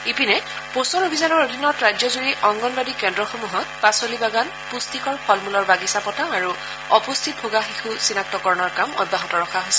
ইপিনে পোষণ অভিযানৰ অধীনত ৰাজ্যজুৰি অংগনবাড়ী কেন্দ্ৰসমূহত পাচলি বাগান পুষ্টিকৰ ফলমূলৰ বাগিছা পতা আৰু অপুষ্টিত ভোগা শিশু চিনাক্তকৰণৰ কাম অব্যাহত ৰখা হৈছে